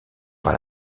par